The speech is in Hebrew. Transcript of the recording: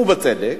ובצדק,